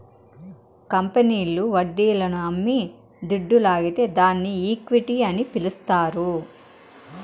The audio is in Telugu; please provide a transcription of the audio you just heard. కంపెనీల్లు వడ్డీలను అమ్మి దుడ్డు లాగితే దాన్ని ఈక్విటీ అని పిలస్తారు